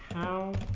how